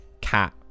cat